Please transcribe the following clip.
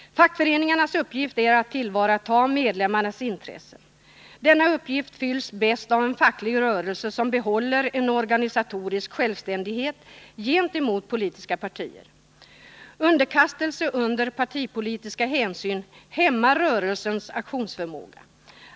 Fackföreningarnas uppgift är att tillvarata medlemmarnas intressen. Denna uppgift fylls bäst av en facklig rörelse, som behåller en organisatorisk självständighet gentemot politiska partier. Underkastelse under partipolitiska hänsyn hämmar rörelsens aktionsförmåga.